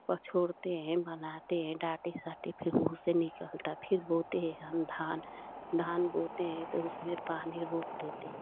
पछोड़ते हैं बनाते हैं दाटी साटी फ़िर उससे निकलता है फ़िर बोते हैं हम धान धान बोते हैं तो उसमें पानी रोक देते हैं